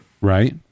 Right